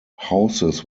houses